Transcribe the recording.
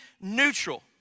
neutral